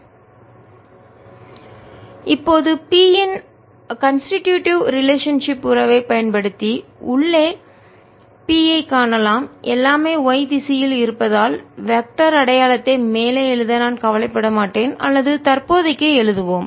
EE0yPPyE P20 P20y EE0y P20y Pe0Ee0E0 P20yPe0E0 eP2 P1e2e0E0P2e2e0E0y இப்போது p இன் constitutive relationship உறவைப் பயன்படுத்தி உள்ளே p ஐக் காணலாம் எல்லாமே y திசையில் இருப்பதால் வெக்டர் திசையன் அடையாளத்தை மேலே எழுத நான் கவலைப்பட மாட்டேன் அல்லது தற்போதைக்கு எழுதுவோம்